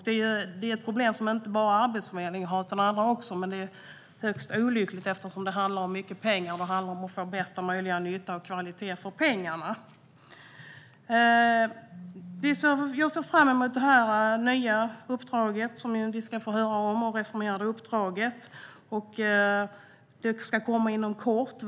Det är ett problem som inte bara Arbetsförmedlingen har utan även andra. Det är högst olyckligt eftersom det handlar om mycket pengar och om att få bästa möjliga nytta och kvalitet för pengarna. Jag ser fram emot det nya och reformerade uppdraget som vi ska få höra om. Det ska komma inom kort.